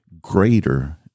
greater